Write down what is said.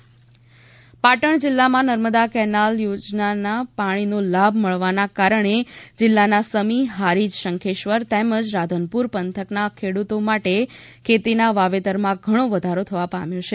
પાટણ ખેતી પાટણ જિલ્લામાં નર્મદા કેનાલ યોજનાના પાણીનો લાભ મળવાના કારણે જિલ્લાના સમી હારીજ શંખેશ્વર તેમજ રાધનપુર પંથકના ખેડૂતો માટે ખેતીના વાવેતરમાં ઘણી વધારો થવા પામ્યો છે